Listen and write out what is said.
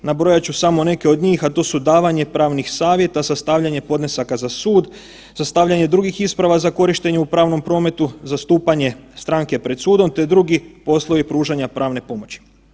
Nabrojat ću samo neke od njih, a to su davanje pravnih savjeta, sastavljanje podnesaka za sud, sastavljanje drugih isprava za korištenje u pravnom prometu, zastupanje stranke pred sudom, te drugi poslovi pružanja pravne pomoći.